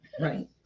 right